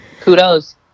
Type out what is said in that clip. kudos